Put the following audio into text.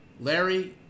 Larry